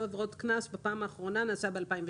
עבירות קנס בפעם האחרונה נעשה ב-2007.